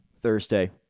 Thursday